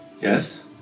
Yes